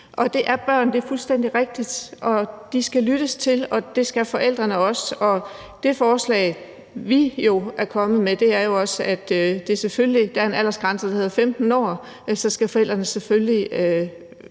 Det er børn, det er fuldstændig rigtigt. Og der skal lyttes til dem, og det skal forældrene også. Det forslag, vi er kommet med, er også, at der jo er en aldersgrænse, der hedder 15 år, og forældrene skal selvfølgelig